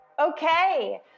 Okay